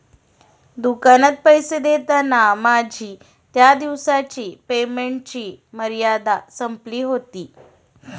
दुकानात पैसे देताना माझी त्या दिवसाची पेमेंटची मर्यादा संपली होती